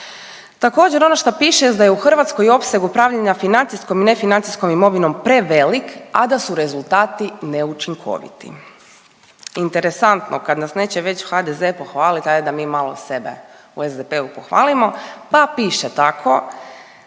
Također ono što piše jest da je u Hrvatskoj opseg upravljanja financijskom i nefinancijskom imovinom prevelik, a da su rezultati neučinkoviti. Interesantno kad nas neće već HDZ pohvaliti ajd da mi malo sebe u SDP-u pohvalimo, pa piše tako